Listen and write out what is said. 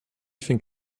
think